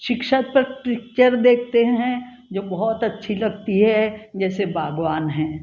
शिक्षा पर पिक्चर देखते हैं जो बहुत अच्छी लगती है जैसे बाग़बान है